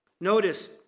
Notice